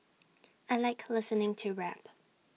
I Like listening to rap